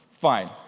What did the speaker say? Fine